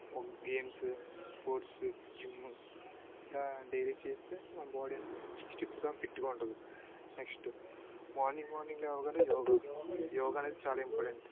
games sports gym ఇలా daily చేస్తే మన బాడీ అనేది స్టిఫ్గా ఫిట్గా ఉంటది నెక్స్ట్ మార్నింగ్ మార్నింగ్ లేవగానే యోగా యోగా అనేది చాలా ఇంపార్టెంట్